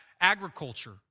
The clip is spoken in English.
agriculture